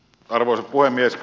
arvoisa puhemies